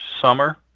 summer